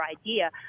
idea